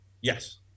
Yes